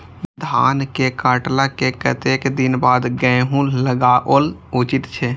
धान के काटला के कतेक दिन बाद गैहूं लागाओल उचित छे?